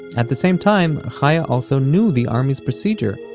at the same time, chaya also knew the army's procedure.